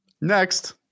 Next